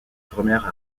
premières